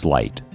Light